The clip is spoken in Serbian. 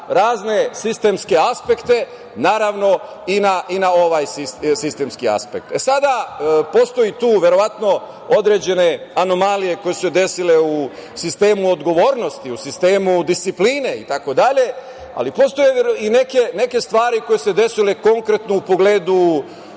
razne sistemske aspekte, naravno i na ovaj sistemski aspekt. Sada, postoji tu verovatno određene anomalije koje su se desile u sistemu odgovornosti, u sistemu discipline itd, ali postoje i neke stvari koje su se desile konkretno u pogledu